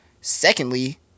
Secondly